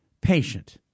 patient